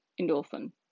endorphin